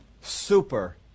Super